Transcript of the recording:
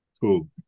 Cool